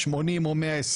80 או 120,